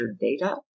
data